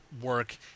work